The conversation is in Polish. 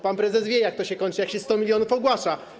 Pan prezes wie, jak to się kończy, jak się 100 mln ogłasza.